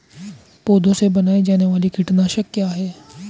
पौधों से बनाई जाने वाली कीटनाशक क्या है?